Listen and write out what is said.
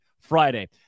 Friday